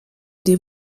des